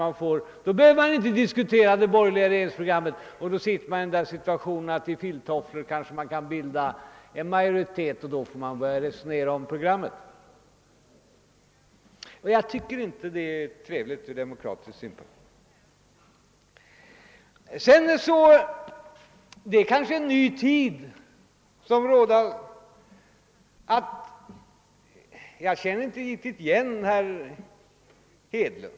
Man tror att situationen då skall bli så ointressant att de borgerliga i filttofflor kanske kan bilda en majoritet, och då får man börja resonera om programmet. Jag tycker inte att detta är trevligt ur demokratisk synpunkt. En ny tid har kanske inträtt — ty jag känner inte riktigt igen herr Hedlund.